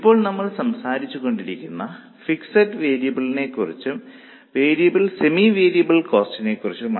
ഇപ്പോൾ നമ്മൾ സംസാരിച്ചുകൊണ്ടിരുന്ന ഫിക്സഡ് വേരിയബിളിനെക്കുറിച്ചും സെമി വേരിയബിൾ കോസ്റ്റിനെ കുറിച്ചുമാണ്